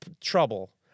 trouble